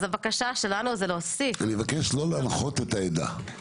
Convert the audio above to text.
אני מבקש לא להנחות את העדה.